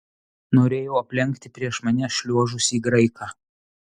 norėjau aplenkti prieš mane šliuožusį graiką